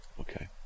Okay